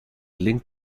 linked